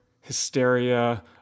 hysteria